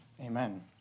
Amen